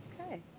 Okay